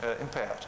impaired